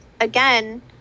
Again